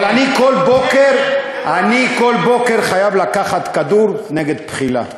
אבל אני כל בוקר חייב לקחת כדור נגד בחילה.